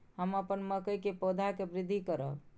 हम अपन मकई के पौधा के वृद्धि करब?